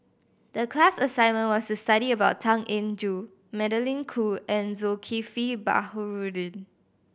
the class assignment was to study about Tan Eng Joo Magdalene Khoo and Zulkifli Baharudin